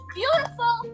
beautiful